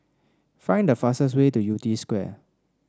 find the fastest way to Yew Tee Square